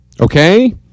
Okay